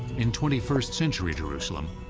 in twenty first century jerusalem,